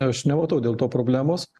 aš nematau dėl to problemos